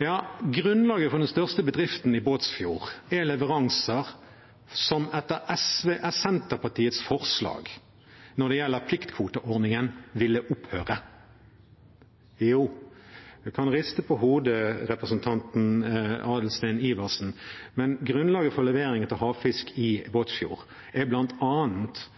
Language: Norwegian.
Ja, grunnlaget for den største bedriften i Båtsfjord er leveranser, som ville opphørt etter Senterpartiets forslag om pliktkvoteordningen. Representant Adelsten Iversen kan riste på hodet, men grunnlaget for leveringen av havfisk i Båtsfjord er